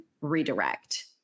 redirect